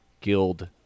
guild